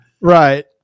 Right